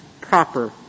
proper